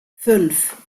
fünf